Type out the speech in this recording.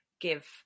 give